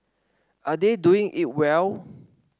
are they doing it well